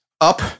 up